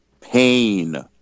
pain